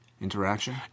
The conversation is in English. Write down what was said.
interaction